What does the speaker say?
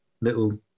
little